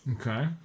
Okay